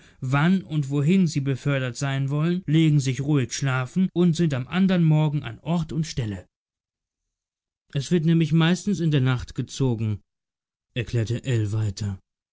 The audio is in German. wann und wohin sie befördert sein wollen legen sich ruhig schlafen und sind am andern morgen an ort und stelle es wird nämlich meistens in der nacht gezogen erklärte ell weiter